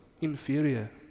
inferior